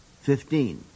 Fifteen